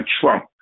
Trump